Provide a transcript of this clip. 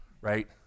right